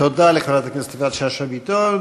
תודה לחברת הכנסת יפעת שאשא ביטון.